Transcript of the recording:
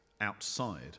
outside